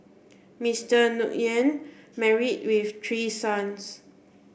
Mister Nguyen married with three sons